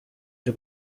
cyo